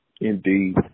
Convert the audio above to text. Indeed